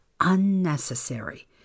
unnecessary